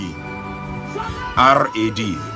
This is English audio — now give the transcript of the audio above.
r-a-d